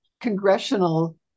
congressional